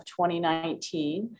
2019